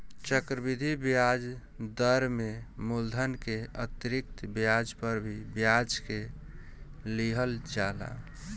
चक्रवृद्धि ब्याज दर में मूलधन के अतिरिक्त ब्याज पर भी ब्याज के लिहल जाला